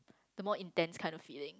the more intense kind of feeling